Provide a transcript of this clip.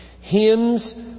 Hymns